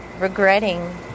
regretting